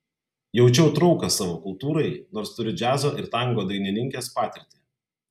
jaučiau trauką savo kultūrai nors turiu džiazo ir tango dainininkės patirtį